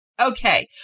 Okay